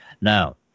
Now